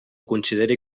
consideri